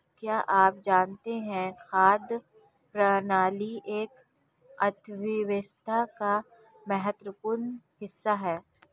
क्या आप जानते है खाद्य प्रणाली एक अर्थव्यवस्था का महत्वपूर्ण हिस्सा है?